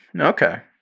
Okay